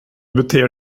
beter